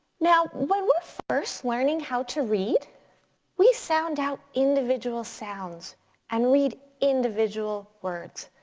now when we're first learning how to read we sound out individual sounds and read individual words.